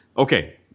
Okay